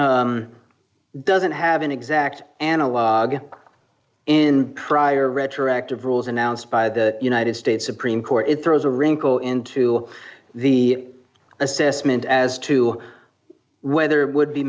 doesn't have an exact analog in prior retroactive rules announced by the united states supreme court it throws a wrinkle into the assessment as to whether it would be